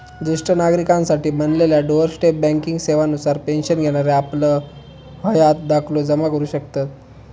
ज्येष्ठ नागरिकांसाठी बनलेल्या डोअर स्टेप बँकिंग सेवा नुसार पेन्शन घेणारे आपलं हयात दाखलो जमा करू शकतत